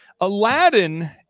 Aladdin